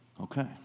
okay